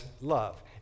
love